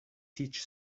teach